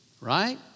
Right